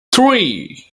three